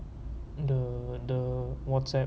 the the whatsapp